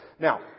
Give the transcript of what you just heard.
Now